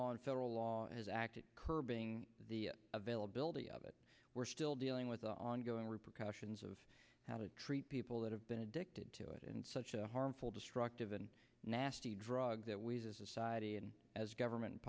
law and federal law has acted curbing the availability of it we're still dealing with ongoing repercussions of how to treat people that have been addicted to it and such a harmful destructive and nasty drug that we as a society and as government